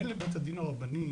אין לבית הדין הרבני,